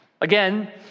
Again